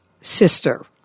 sister